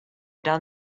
done